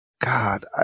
God